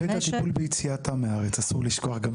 והטיפול ביציאתם מהארץ, אסור לשכוח.